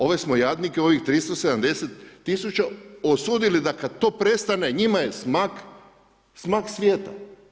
Ove smo jadnike u ovih 370 000 osudili da kad to prestane, njima je smak svijeta.